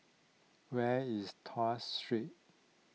where is Tuas Street